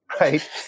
right